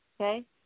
okay